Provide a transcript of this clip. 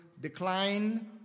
decline